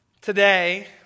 today